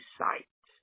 sight